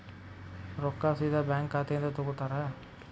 ರೊಕ್ಕಾ ಸೇದಾ ಬ್ಯಾಂಕ್ ಖಾತೆಯಿಂದ ತಗೋತಾರಾ?